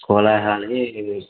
कोलाहाले